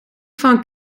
van